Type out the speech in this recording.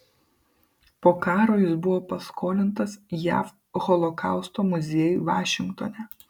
po karo jis buvo paskolintas jav holokausto muziejui vašingtone